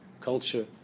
culture